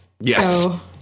Yes